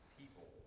people